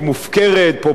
פופוליסטית.